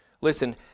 listen